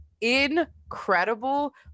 incredible